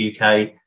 UK